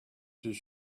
his